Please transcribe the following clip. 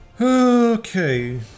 Okay